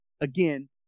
Again –